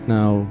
now